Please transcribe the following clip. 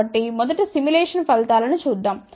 కాబట్టి మొదట సిమ్యులేషన్ ఫలితాలను చూద్దాం